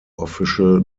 official